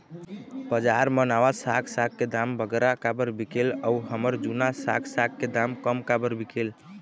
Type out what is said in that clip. बजार मा नावा साग साग के दाम बगरा काबर बिकेल अऊ हमर जूना साग साग के दाम कम काबर बिकेल?